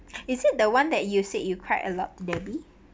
is it the one that you said you cried a lot to debbie